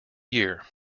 year